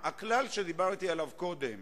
ככלל צריכים להיות מונחים על שולחנה של הכנסת,